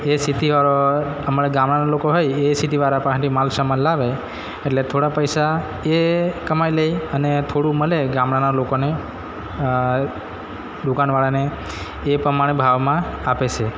એ સિટીવાળો અમારા ગામડાંનાં લોકો હોય એ સિટીવાળા પાસેથી માલ સામાન લાવે એટલે થોડા પૈસા એ કમાઈ લે અને થોડું મળે ગામડાંનાં લોકોને દુકાનવાળાને એ પ્રમાણે ભાવમાં આપે છે